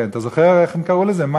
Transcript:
אתה זוכר איך קראו לזה?